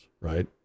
right